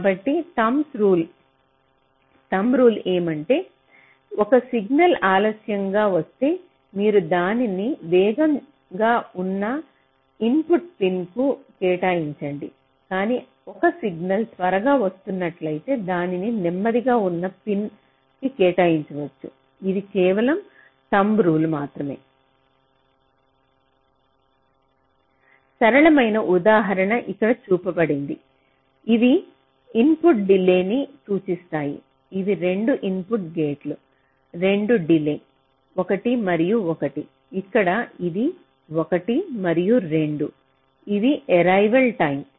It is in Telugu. కాబట్టి థమ్బ్ రుల్ ఏమంటే ఒక సిగ్నల్ ఆలస్యం గా వస్తే మీరు దాన్ని వేగంగా ఉన్న ఇన్పుట్ పిన్కు కేటాయించండి కానీ ఒక సిగ్నల్ త్వరగా వస్తున్నట్లయితే దానిని నెమ్మదిగా ఉన్న పిన్కు కేటాయించవచ్చు ఇది కేవలం థమ్బ్ రుల్ సరళమైన ఉదాహరణ ఇక్కడ చూపబడింది ఇవి ఇన్పుట్ల డిలేన్ని సూచిస్తాయి ఇవి 2 ఇన్పుట్ గేట్లు రెండు డిలే 1 మరియు 1 ఇక్కడ ఇది 1 మరియు 2 ఇవి ఏరైవల్ టైం